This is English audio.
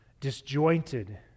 disjointed